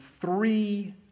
three